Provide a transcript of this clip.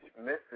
misses